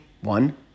One